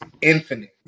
infinite